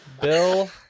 Bill